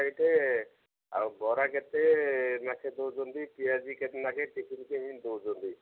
ଏଇଠେ ଆଉ ବରା କେତେ ଲେଖାଏଁ ଦଉଛନ୍ତି ପିଆଜି କେତେ ଲେଖାଏଁ ଟିଫିନ କେମିତି ଦଉଛନ୍ତି